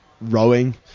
rowing